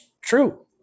true